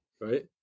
right